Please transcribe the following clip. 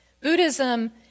Buddhism